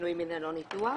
לשינוי מין ללא ניתוח,